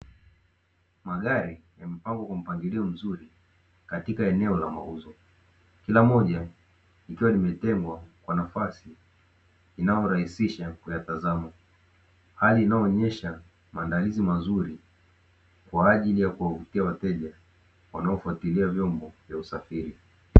Magari yamepangwa kwa mpangilio mzuri katika eneo la mauzo, kila moja likiwa limetengwa kwa nafasi inayorahisisha kuyatazama. Hali inayoonesha maandalizi mazuri kwa ajili ya kuwavutia wateja wanaofatilia vyombo vya usafiri.